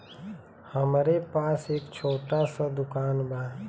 हमरे पास एक छोट स दुकान बा